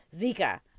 Zika